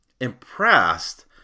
impressed